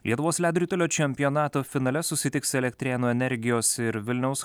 lietuvos ledo ritulio čempionato finale susitiks elektrėnų energijos ir vilniaus